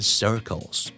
circles